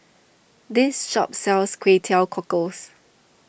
this shop sells Kway Teow Cockles